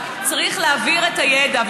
צריך להעביר את הידע.